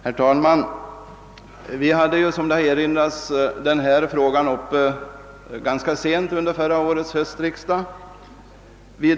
Herr talman! Som redan framhållits hade vi uppe den här frågan ganska sent under förra årets höstriksdag.